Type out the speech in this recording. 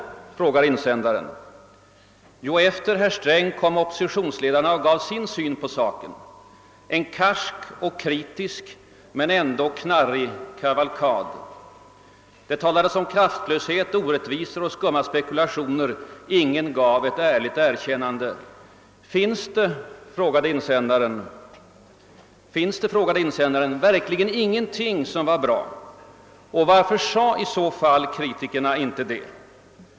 frågar insändaren. Jo, efter herr Sträng kom oppositionsledarna och gav sin syn på saken — »en karsk och kritisk och ändå knarrig kavalkad». Det talades om kraftlöshet, orättvisor och skumma spekulationer. Ingen gav ett ärligt erkännande. Finns det, frågade insändaren, verkligen ingenting som var bra och varför sade i så fall kritikerna inte det?